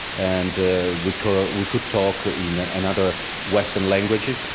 and we could we could talk in ah another western languages.